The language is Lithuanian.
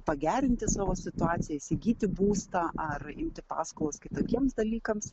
pagerinti savo situaciją įsigyti būstą ar imti paskolas kitokiems dalykams